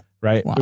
Right